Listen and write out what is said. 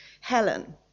Helen